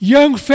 Young